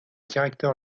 directeur